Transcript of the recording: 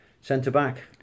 Centre-back